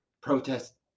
Protest